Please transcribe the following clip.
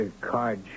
Card